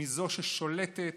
מזו ששולטת